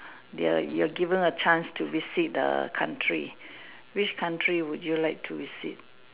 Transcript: they are you are given a chance to visit a country which country would you like to visit